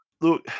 look